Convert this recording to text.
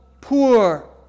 poor